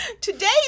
Today